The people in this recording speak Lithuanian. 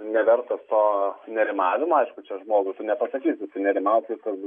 nevertas to nerimavimo aišku čia žmogui tu nepasakysi tu nerimauk viskas bus